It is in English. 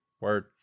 word